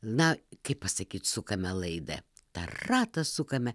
na kaip pasakyt sukame laidą tą ratą sukame